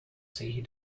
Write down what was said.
see